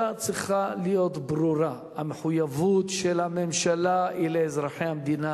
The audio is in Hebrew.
צריכה להיות ברורה: המחויבות של הממשלה היא לאזרחי המדינה,